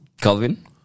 Calvin